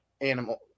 Animal